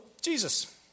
Jesus